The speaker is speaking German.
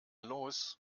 los